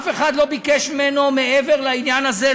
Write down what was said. אף אחד לא ביקש ממנו מעבר לעניין הזה,